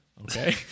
Okay